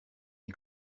les